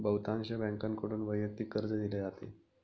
बहुतांश बँकांकडून वैयक्तिक कर्ज दिले जाते